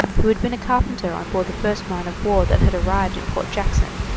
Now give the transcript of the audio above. who had been a carpenter on board the first man-of-war that had arrived at port jackson,